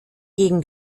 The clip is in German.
gegen